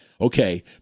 Okay